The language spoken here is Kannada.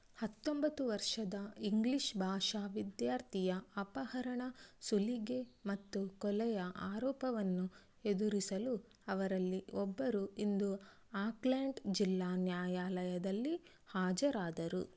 ಹತ್ತೊಂಬತ್ತು ವರ್ಷದ ಇಂಗ್ಲೀಷ್ ಭಾಷಾ ವಿದ್ಯಾರ್ಥಿಯ ಅಪಹರಣ ಸುಲಿಗೆ ಮತ್ತು ಕೊಲೆಯ ಆರೋಪವನ್ನು ಎದುರಿಸಲು ಅವರಲ್ಲಿ ಒಬ್ಬರು ಇಂದು ಆಕ್ಲೆಂಟ್ ಜಿಲ್ಲಾ ನ್ಯಾಯಾಲಯದಲ್ಲಿ ಹಾಜರಾದರು